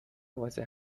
واسه